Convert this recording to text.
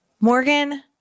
Morgan